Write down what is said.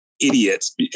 idiots